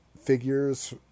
figures